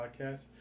podcast